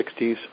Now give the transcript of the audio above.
1960s